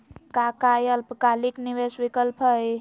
का काई अल्पकालिक निवेस विकल्प हई?